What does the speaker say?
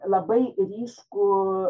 labai ryškų